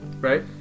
Right